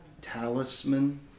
talisman